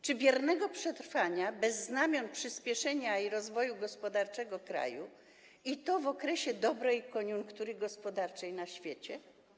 Czy biernego przetrwania, bez znamion przyspieszenia i rozwoju gospodarczego kraju, i to w okresie dobrej koniunktury gospodarczej na świecie?